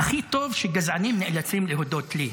הכי טוב כשגזענים נאלצים להודות לי,